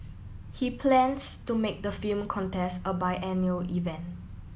he plans to make the film contest a biennial event